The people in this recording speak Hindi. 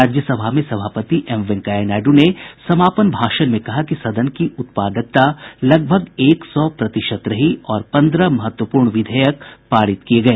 राज्यसभा में सभापति एम वेंकैया नायड्र ने समापन भाषण में कहा कि सदन की उत्पादकता लगभग एक सौ प्रतिशत रही और पन्द्रह महत्वपूर्ण विधेयक पारित किए गए